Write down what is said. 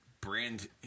brand